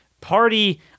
party